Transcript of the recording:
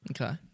Okay